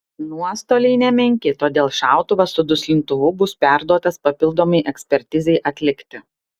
nuostoliai nemenki todėl šautuvas su duslintuvu bus perduotas papildomai ekspertizei atlikti